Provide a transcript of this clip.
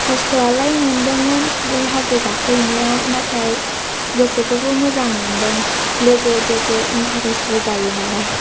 खस्थ'यालाय मोनदोंमोन बे हाजो गाखो हैनायाव नाथाय गोसोखौबो मोजां मोनदों लोगो दोगो इनथारेस्थबो जायो नालाय